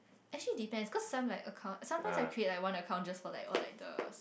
actually depends cause some like sometimes I create like one account just for like all like the